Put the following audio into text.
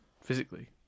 physically